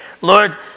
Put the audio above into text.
Lord